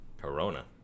Corona